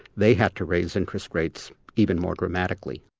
they had to raise interest rates even more dramatically.